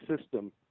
system